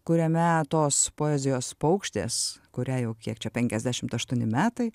kuriame tos poezijos paukštės kuriai jau kiek čia penkiasdešimt aštuoni metai